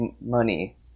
money